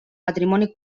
patrimoni